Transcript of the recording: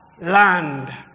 land